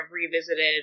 revisited